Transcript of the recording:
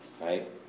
right